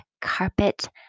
carpet